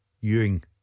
Ewing